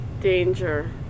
danger